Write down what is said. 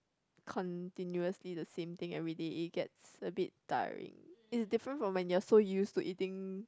continuously the same thing everyday it gets a bit tiring it is different from when you are so use to eating